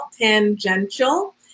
tangential